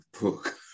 book